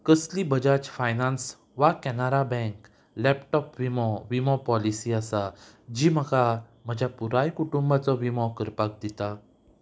कसली बजाज फायनान्स वा Canara bank laptop विमो विमो पॉलिसी आसा जी म्हाका म्हज्या पुराय कुटुंबाचो विमो करपाक दिता